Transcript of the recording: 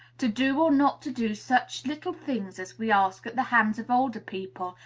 to do or not to do such little things as we ask at the hands of older people,